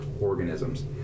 organisms